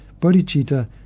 bodhicitta